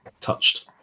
touched